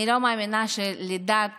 אני לא מאמינה שלדת